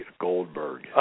Goldberg